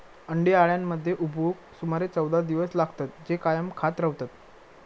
अंडी अळ्यांमध्ये उबवूक सुमारे चौदा दिवस लागतत, जे कायम खात रवतत